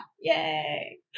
Yay